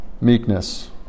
Meekness